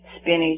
spinach